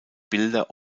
bilder